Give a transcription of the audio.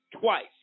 twice